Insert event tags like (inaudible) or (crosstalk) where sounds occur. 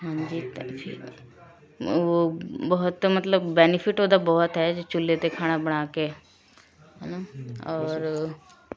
ਹਾਂਜੀ ਅਤੇ (unintelligible) ਉਹ ਬਹੁਤ ਮਤਲਬ ਬੈਨੀਫਿੱਟ ਉਹਦਾ ਬਹੁਤ ਹੈ ਜੇ ਚੁੱਲ੍ਹੇ 'ਤੇ ਖਾਣਾ ਬਣਾ ਕੇ ਹੈ ਨਾ ਔਰ